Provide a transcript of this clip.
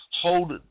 hold